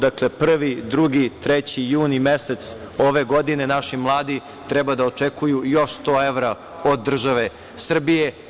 Dakle, 1, 2, 3. juni mesec ove godine naši mladi treba da očekuju još 100 evra od države Srbije.